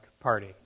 party